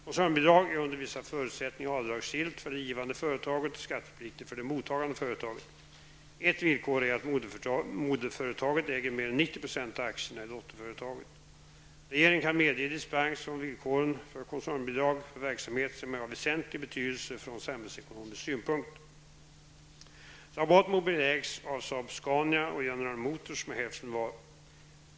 Koncernbidrag är under vissa förutsättningar avdragsgillt för det givande företaget och skattepliktigt för det mottagande företaget. Ett villkor är att moderföretaget äger mer än 90 % av aktierna i dotterföretaget. Regeringen kan medge dispens från villkoren för koncernbidrag för verksamhet som är av väsentlig betydelse från samhällsekonomisk synpunkt. Motors med hälften var.